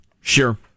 sure